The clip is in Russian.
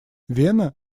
вена